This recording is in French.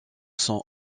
sont